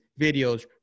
videos